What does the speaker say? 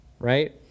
right